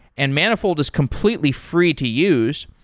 and manifold is completely free to use.